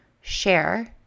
share